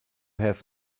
have